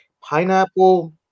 pineapple